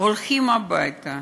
הולכים הביתה,